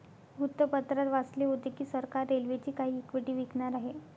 वृत्तपत्रात वाचले होते की सरकार रेल्वेची काही इक्विटी विकणार आहे